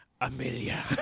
Amelia